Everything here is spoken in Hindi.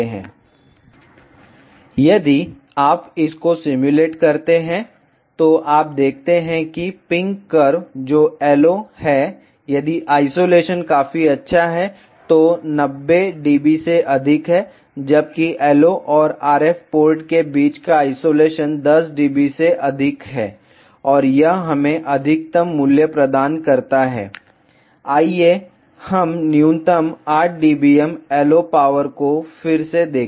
vlcsnap 2018 09 20 15h08m47s476 यदि आप इस को सिम्युलेट करते हैं तो आप देखते हैं कि पिंक कर्व जो LO है यदि आइसोलेशन काफी अच्छा है जो 90 dB से अधिक है जबकि LO और RF पोर्ट के बीच का आइसोलेशन 10 dB से अधिक है और यह हमें अधिकतम मूल्य प्रदान करता है आइए हम न्यूनतम 8 dBm LO पावर को फिर से देखें